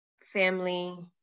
family